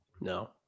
No